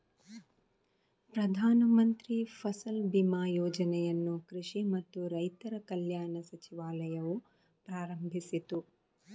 ಪ್ರಧಾನ ಮಂತ್ರಿ ಫಸಲ್ ಬಿಮಾ ಯೋಜನೆಯನ್ನು ಕೃಷಿ ಮತ್ತು ರೈತರ ಕಲ್ಯಾಣ ಸಚಿವಾಲಯವು ಪ್ರಾರಂಭಿಸಿತು